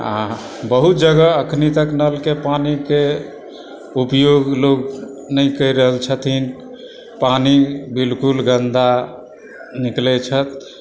आ बहुत जगह अखन तक नलके पानीके उपयोग लोग नहि करि रहल छथिन पानि बिल्कुल गन्दा निकलय छथि